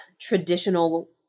traditional